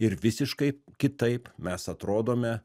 ir visiškai kitaip mes atrodome